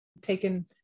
taken